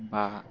বা